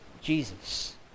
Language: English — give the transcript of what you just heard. Jesus